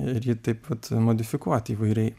ir jį taip vat modifikuot įvairiai